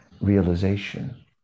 realization